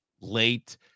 late